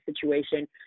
situation